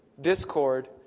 discord